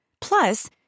Plus